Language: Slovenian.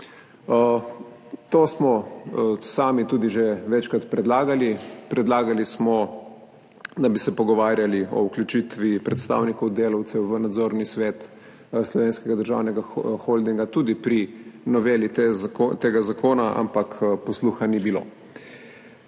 To smo sami tudi že večkrat predlagali. Predlagali smo, da bi se pogovarjali o vključitvi predstavnikov delavcev v nadzorni svet Slovenskega državnega holdinga tudi pri noveli tega zakona, ampak posluha ni bilo.